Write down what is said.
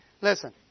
listen